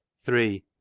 three.